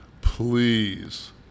please